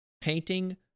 Painting